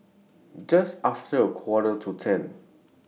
Just after A Quarter to ten